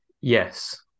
Yes